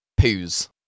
poos